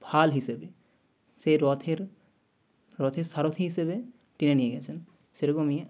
ফাল হিসেবে সেই রথের রথের সারথি হিসেবে কিনে নিয়ে গেছেন সেরকমই